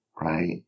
right